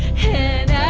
and